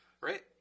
Right